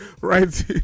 right